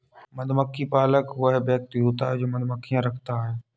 मधुमक्खी पालक वह व्यक्ति होता है जो मधुमक्खियां रखता है